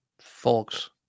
Folks